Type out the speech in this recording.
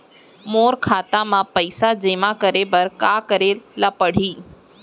मोर खाता म पइसा जेमा करे बर का करे ल पड़ही?